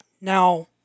Now